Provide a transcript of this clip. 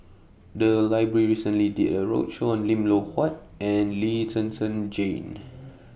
The Library recently did A roadshow on Lim Loh Huat and Lee Zhen Zhen Jane